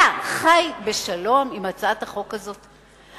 אתה חי בשלום עם הצעת החוק הזאת?